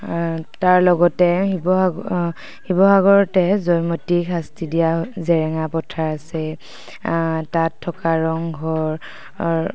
তাৰ লগতে শিৱসাগৰ শিৱসাগৰতে জয়মতীক শাস্তি দিয়া জেৰেঙা পথাৰ আছে তাত থকা ৰংঘৰ